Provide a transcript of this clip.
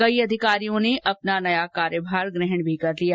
कई अधिकारियो ने अपना नया कार्यभार ग्रहण भी कर लिया